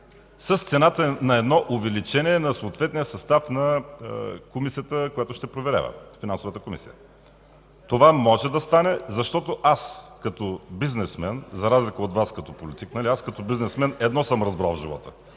с цената на увеличение на съответния състав на Комисията, която ще проверява – Финансовата комисия. Това може да стане. Като бизнесмен, за разлика от Вас като политици, едно съм разбрал в живота